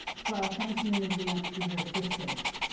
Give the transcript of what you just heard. so i'll thank you in advance for your assistance.